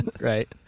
right